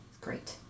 great